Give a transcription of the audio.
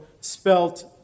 spelt